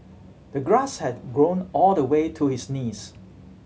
the grass had grown all the way to his knees